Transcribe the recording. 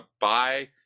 buy